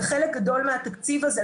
וחלק גדול מהתקציב הזה,